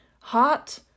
hot